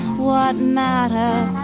what matter